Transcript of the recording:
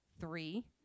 three